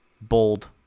bold